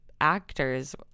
actors